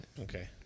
Okay